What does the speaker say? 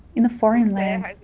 in a foreign land.